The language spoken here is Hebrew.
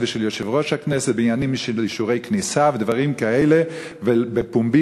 ושל יושב-ראש הכנסת בעניינים של אישורי כניסה ודברים כאלה בפומבי,